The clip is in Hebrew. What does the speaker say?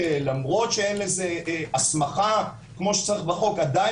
שלמרות שאין לזה הסמכה כמו שצריך בחוק עדיין